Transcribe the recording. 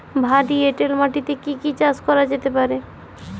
ভারী এঁটেল মাটিতে কি কি চাষ করা যেতে পারে?